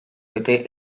zarete